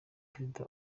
perezida